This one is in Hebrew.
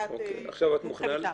מטעמה.